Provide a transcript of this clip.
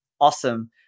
Awesome